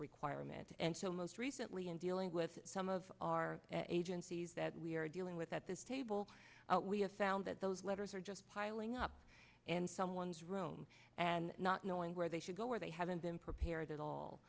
requirement and so most recently in dealing with some of our agencies that we are dealing with at this table we have found that those letters are just piling up and someone's room and not knowing where they should go where they haven't been prepared at